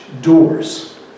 doors